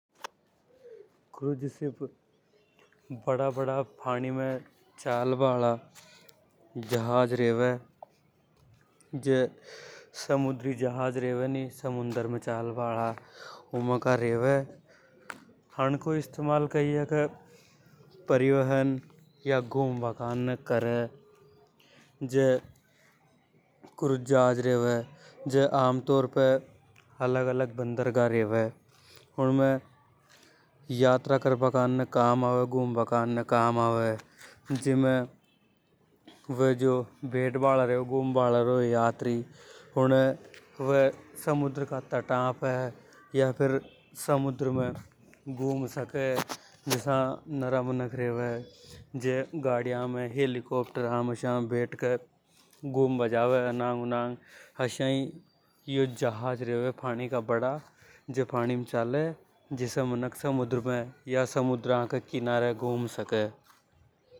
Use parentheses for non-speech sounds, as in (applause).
Cruise ship बडा बड़ा फाणी में चाल बा हाला जहाज रेवे। (noise) जो समुद्री जहाज रेवे नि समुन्दर में चाल बा हाला उमें का रेवे (unintelligible) को इस्तमाल कई हे के घुमवा कारने, करे से कुज जहान रेवे के आम तौर पे अलग-अलग बन्दरगाह रेवे। (unintelligible) यात्रा कुरबा कारने धूमबा कारने काम आवे जीमे वे बैठ बा हाला घूमना हाला यात्री रेवे उणे समुद्र का तटा पे घुम सके जसा नरा मुनक हेलिकॉपटार में बेठ क घुमु‌वा जावे उनांग पाणी में चाले मनक समुह में या समुद्र के किनारे धूम सके। (unintelligible)